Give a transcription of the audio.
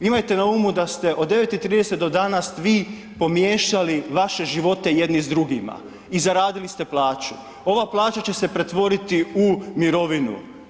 Imajte na umu da ste od 9,30 do dana svi pomiješali vaše živote jedni s drugima i zaradili ste plaću, ova plaća će se pretvoriti u mirovinu.